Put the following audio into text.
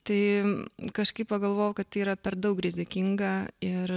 tai kažkaip pagalvojau kad tai yra per daug rizikinga ir